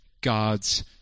God's